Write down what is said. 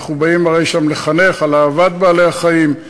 הרי אנחנו באים שם לחנך לאהבת בעלי-החיים,